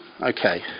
Okay